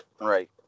Right